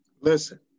Listen